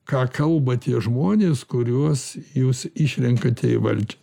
ką kalba tie žmonės kuriuos jūs išrenkate į valdžią